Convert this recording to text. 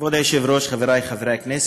כבוד היושב-ראש, חברי חברי הכנסת,